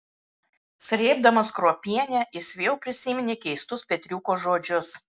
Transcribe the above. srėbdamas kruopienę jis vėl prisiminė keistus petriuko žodžius